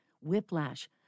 whiplash